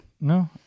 No